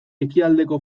ekialdeko